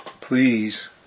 please